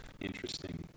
Interesting